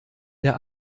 der